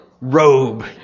Robe